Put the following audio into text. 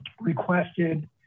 requested